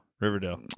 Riverdale